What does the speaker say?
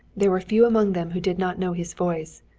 there were few among them who did not know his voice,